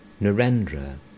Narendra